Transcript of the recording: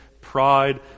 Pride